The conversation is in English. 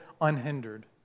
unhindered